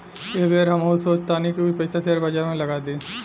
एह बेर हमहू सोचऽ तानी की कुछ पइसा शेयर बाजार में लगा दी